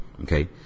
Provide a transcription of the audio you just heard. Okay